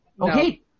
Okay